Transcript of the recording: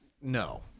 no